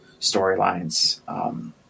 storylines